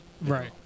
Right